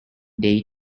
day